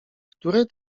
które